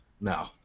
No